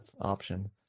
option